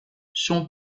son